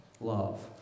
love